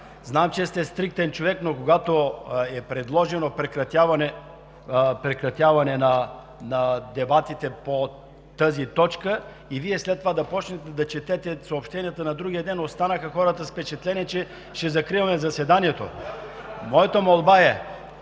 че сте стриктен човек, но когато е предложено прекратяване на дебатите по тази точка и Вие след това да започнете да четете съобщенията за другия ден, останаха хората с впечатление, че ще закриваме заседанието. Моята молба е